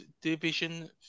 Division